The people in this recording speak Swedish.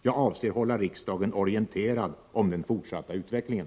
Jag avser att hålla riksdagen orienterad om den fortsatta utvecklingen.